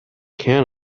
can